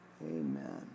Amen